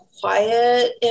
quiet